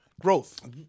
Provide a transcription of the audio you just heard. Growth